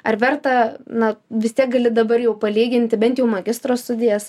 ar verta na vis tiek gali dabar jau palyginti bent jau magistro studijas